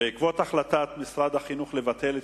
בעקבות החלטת משרד החינוך לבטל את